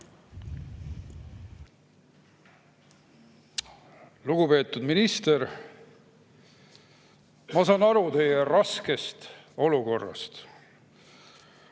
Lugupeetud minister! Ma saan aru teie raskest olukorrast.